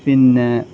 പിന്നെ